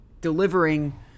delivering